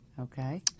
Okay